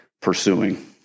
pursuing